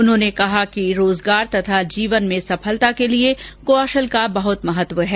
उन्होंने कहा कि रोजगार तथा जीवन में सफलता के लिये कौशल का बहत महत्व है